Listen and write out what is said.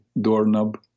doorknob